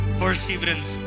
perseverance